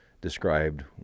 described